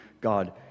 God